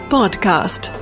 Podcast